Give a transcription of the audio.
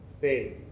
faith